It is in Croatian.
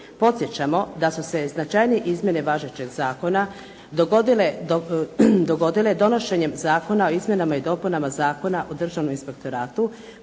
Podsjećamo da su se značajnije izmjene važećeg zakona dogodile donošenjem Zakona o izmjenama i dopunama Zakona o Državnom inspektoratu